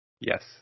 Yes